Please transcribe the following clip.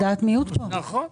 נכון.